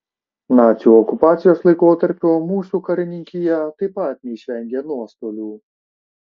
nacių okupacijos laikotarpiu mūsų karininkija taip pat neišvengė nuostolių